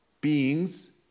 beings